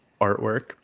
artwork